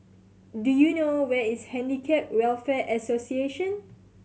do you know where is Handicap Welfare Association